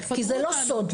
כי זה לא סוד.